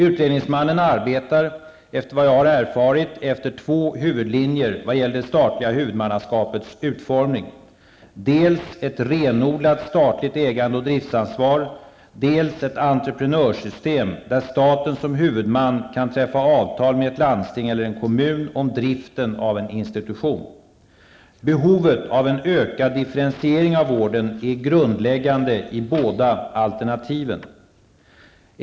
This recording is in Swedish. Utredningsmannen arbetar efter vad jag erfarit efter två huvudlinjer vad gäller det statliga huvudmannaskapets utformning: dels ett renodlat statligt ägande och driftsansvar, dels ett entreprenörssystem, där staten som huvudman kan träffa avtal med ett landsting eller en kommun om driften av en institution. Behovet av en ökad differentiering av vården är grundläggande i båda alternativen.